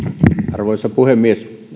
arvoisa puhemies